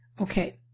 Okay